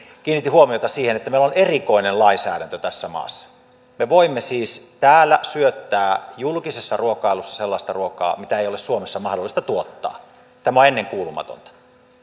kiinnitin huomiota siihen että meillä on erikoinen lainsäädäntö tässä maassa me voimme siis täällä syöttää julkisessa ruokailussa sellaista ruokaa mitä ei ole suomessa mahdollista tuottaa tämä on ennenkuulumatonta